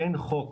אין חוק,